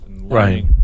Right